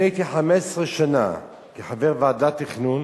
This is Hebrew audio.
הייתי 15 שנה חבר ועדת תכנון